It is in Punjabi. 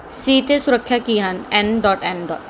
ਸੀ 'ਤੇ ਸੁਰੱਖਿਆਂ ਕੀ ਹਨ ਐੱਨ ਡੌਟ ਐੱਨ ਡੌਟ